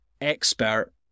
expert